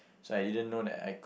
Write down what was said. so I didn't know that I could